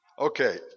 Okay